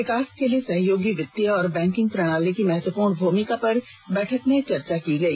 विकास के लिए सहयोगी वित्तीय और बैंकिंग प्रणाली की महत्वपूर्ण भूमिका पर बैठक में चर्चा की गई